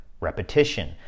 repetition